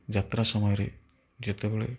ଯାତ୍ରା ସମୟରେ ଯେତେବେଳେ